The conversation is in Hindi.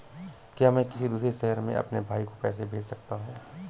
क्या मैं किसी दूसरे शहर में अपने भाई को पैसे भेज सकता हूँ?